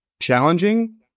Challenging